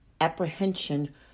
apprehension